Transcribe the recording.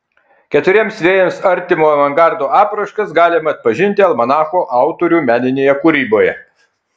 keturiems vėjams artimo avangardo apraiškas galima atpažinti almanacho autorių meninėje kūryboje